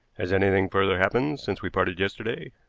has anything further happened since we parted yesterday?